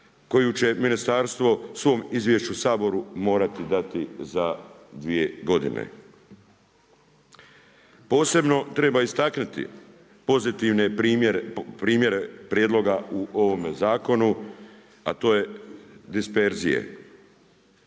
koji će ministarstvo u svom izvješću Saboru dati za 2 godine. Posebno treba istaknuti pozitive primjere prijedloga u ovome zakonu, a to je disperzije.